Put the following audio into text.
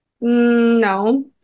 no